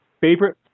Favorite